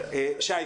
שי,